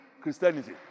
Christianity